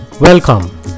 Welcome